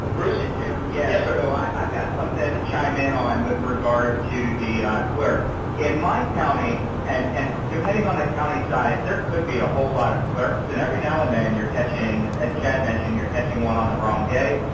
um first, jim. yes, sir. why i've got something to chime in on with regard to the clerk in my county. county. and and depending on the county size, there could be a whole lot of clerks and every now and then you're catching as chad mentioned, you're catching one on the wrong day,